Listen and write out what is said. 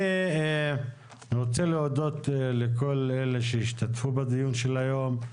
אני רוצה להודות לכל אלה שהשתתפו בדיון של היום.